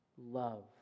love